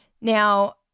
Now